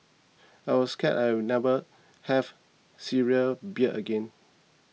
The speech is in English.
I was scared I'd never have Syrian beer again